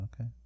Okay